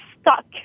stuck